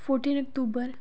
fourteen अक्तूबर